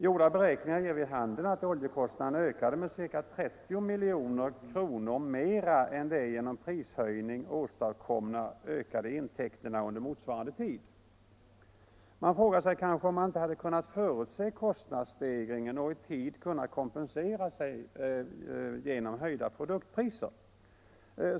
Gjorda beräkningar ger vid handen att oljekostnaderna ökade med ca 30 milj.kr. mera än de genom prishöjning åstadkomna ökade intäkterna under motsvarande tid. Några frågar sig kanske om man inte kunnat förutse kostnadsstegringen och i tid kunnat kompensera sig genom höjda produktpriser.